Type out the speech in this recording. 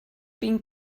been